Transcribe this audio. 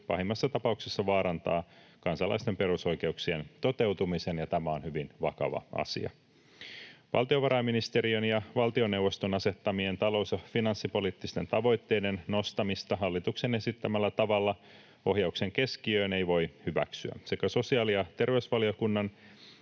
pahimmassa tapauksessa vaarantaa kansalaisten perusoikeuksien toteutumisen, ja tämä on hyvin vakava asia. Valtiovarainministeriön ja valtioneuvoston asettamien talous‑ ja finanssipoliittisten tavoitteiden nostamista hallituksen esittämällä tavalla ohjauksen keskiöön ei voi hyväksyä. Sekä sosiaali‑ ja terveysvaliokunnan